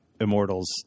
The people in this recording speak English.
Immortals